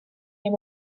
and